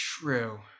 True